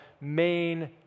main